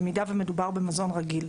במידה ומדובר במזון רגיל.